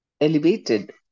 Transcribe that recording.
elevated